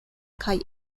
kaj